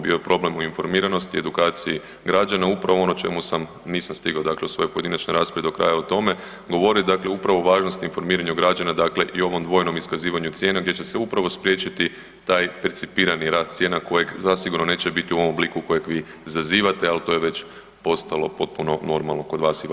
Bio je problem u informiranosti i edukaciji građana, upravo ono o čemu sam, nisam stigao dakle u svojoj pojedinačnoj raspravi do kraja o tome govorit, dakle upravo o važnosti informiranja građana, dakle i ovom dvojnom iskazivanju cijena gdje će se upravo spriječiti taj percipirani rast cijena kojeg zasigurno neće biti u ovom obliku kojeg vi izazivate, al to je već postalo potpuno normalno kod vas i vašeg kluba.